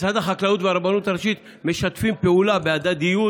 משרד החקלאות והרבנות הראשית משתפים פעולה בהדדיות,